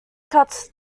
cuts